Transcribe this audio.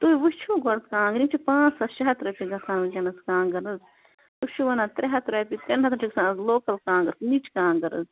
تُہۍ وُچھِو گۄڈٕ کانٛگرِ یِم چھِ پانٛژھ ہَتھ شیٚے ہَتھ رۄپیہِ گژھان ؤنکٮ۪نس حظ کانٛگٕر حظ تُہۍ چھِو وَنان ترٛےٚ ہَتھ رۄپیہِ ترٛین ہَتن چھِ گژھان اَز لوکَل کانٛگٕر نِچ کانٛگٕر حظ